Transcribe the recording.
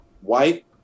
white